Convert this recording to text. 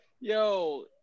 yo